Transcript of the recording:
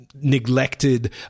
neglected